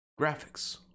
graphics